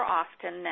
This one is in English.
often